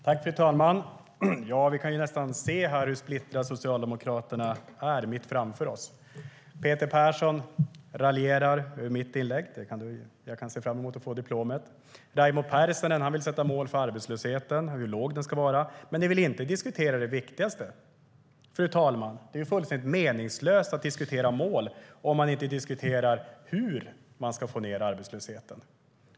Fru talman! Vi kan nästan se här mitt framför oss hur splittrade Socialdemokraterna är. Peter Persson raljerar över mitt inlägg. Jag kan se fram emot att få diplomet. Raimo Pärssinen vill sätta mål för hur låg arbetslösheten ska vara. Men ni vill inte diskutera det viktigaste. Fru talman! Det är fullständigt meningslöst att diskutera mål om man inte diskuterar hur man ska få ned arbetslösheten.